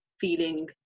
feeling